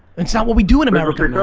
and not what we do in america. and